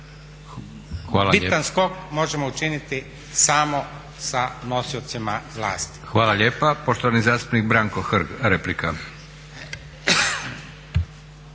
bitan skok možemo učiniti samo sa nosiocima vlasti.